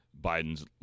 biden's